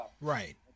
right